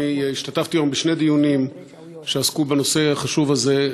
השתתפתי היום בשני דיונים שעסקו בנושא החשוב הזה,